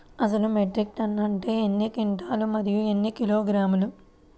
అసలు metric ton అంటే ఎన్ని క్వింటాలు మరియు ఎన్ని కిలోగ్రాములు?